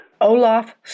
Olaf